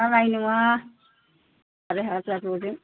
जानाय नङा आराय हाजारल'जों